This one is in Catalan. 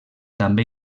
també